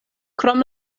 krom